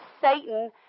Satan